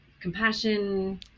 compassion